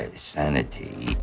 sanity.